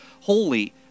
holy